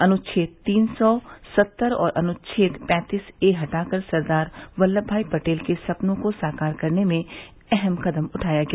अनुच्छेद तीन सौ सत्तर और अनुच्छेद पैंतीस ए हटाकर सरदार वल्लभभाई पटेल के सपनों को साकार करने में अहम कदम उठाया गया